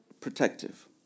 protective